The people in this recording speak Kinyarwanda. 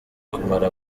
kumara